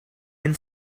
been